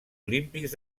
olímpics